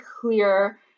clear